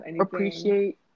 appreciate